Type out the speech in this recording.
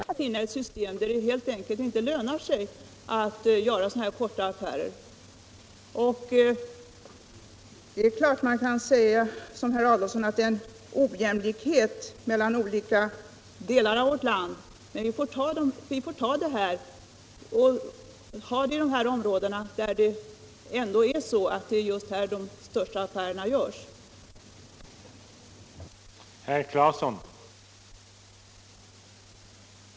Herr talman! Vi ansåg att det var nödvändigt att finna någon lösning just för de här områdena där det spekuleras. Därför tar vi det här förslaget - med det krångel som vi är så väl medvetna om att det innebär — för en kort övergångstid, tills man kan finna andra vägar som inte är så krångliga för de vanliga människorna — ett system där det helt enkelt inte lönar sig att göra sådana här korta affärer. Det är klart att man kan säga som herr Adolfsson, att det blir en ojämlikhet mellan olika delar av vårt land. Men vi får acceptera det och tillämpa systemet i de områden där ändå de största affärerna görs och befria andra områden från krångel.